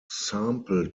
sample